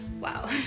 wow